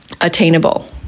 Attainable